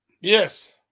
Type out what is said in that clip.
Yes